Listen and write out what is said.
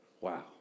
Wow